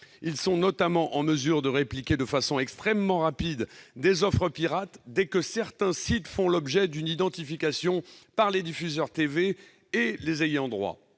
Ils sont notamment en mesure de répliquer de façon extrêmement rapide des offres pirates, dès que certains sites font l'objet d'une identification par les diffuseurs et les ayants droit.